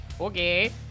okay